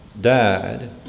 died